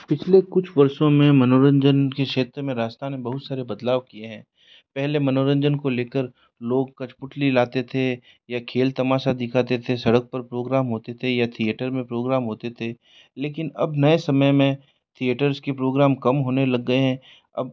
पिछले कुछ वर्षों में मनोरंजन की क्षेत्र में राजस्थान में बहुत सारे बदलाव किए है पहले मनोरंजन को ले कर लोग कटपुतली लाते थे या खेल तमाशा दिखाते थे सड़क पर प्रोग्राम होते थे या थियेटर में प्रोग्राम होते थे लेकिन अब नए समय में थियेटर्स के प्रोग्राम कम होने लग गए हैं अब